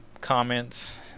comments